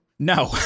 No